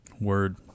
Word